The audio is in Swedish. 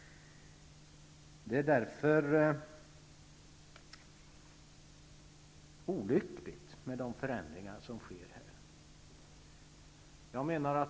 Det är därför olyckligt med de förändringar som sker.